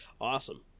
Awesome